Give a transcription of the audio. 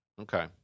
Okay